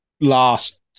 last